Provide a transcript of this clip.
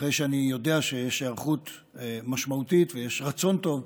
אחרי שאני יודע שיש היערכות משמעותית ויש רצון טוב,